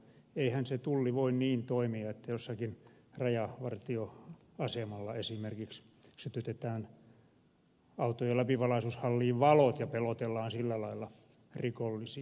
eihän se tulli voi toimia niin että jossakin rajavartioasemalla esimerkiksi sytytetään autojen läpivalaisuhalliin valot ja pelotellaan sillä lailla rikollisia